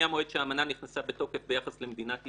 מהמועד שהאמנה נכנסה לתוקף ביחס למדינת ישראל,